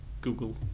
Google